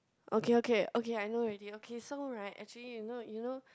okay okay okay I know already okay so right actually you know you know